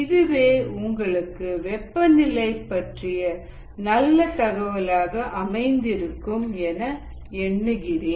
இதுவே உங்களுக்கு வெப்பநிலை பற்றிய நல்ல தகவலாக அமைந்திருக்கும் என எண்ணுகிறேன்